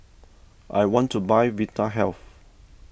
I want to buy Vitahealth